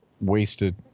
wasted